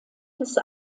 des